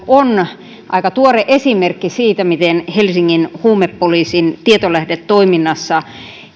on aika tuore esimerkki siitä miten helsingin huumepoliisin tietolähdetoiminnassa